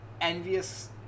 Envious